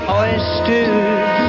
oysters